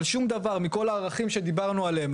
אבל שום דבר מכל הערכים שדיברנו עליהם,